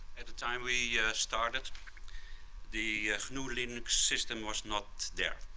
at the time we yeah started the new linux system was not there.